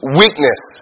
weakness